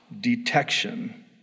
detection